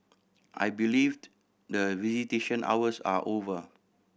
I believed the visitation hours are over